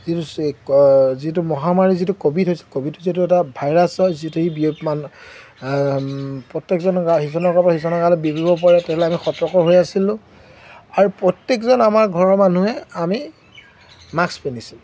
যিটো যিটো মহামাৰী যিটো ক'ভিড হৈছে ক'ভিডটো যিহেতু এটা ভাইৰাছ হয় যিটো সি বিয়পি প্ৰত্যেকজনৰ গা সিজনৰ গাৰপৰা সিজনৰ গালৈ বিয়পিব পাৰে তেনেহ'লে আমি সতৰ্ক হৈ আছিলোঁ আৰু প্ৰত্যেকজন আমাৰ ঘৰৰ মানুহে আমি মাস্ক পিন্ধিছিলোঁ